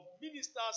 ministers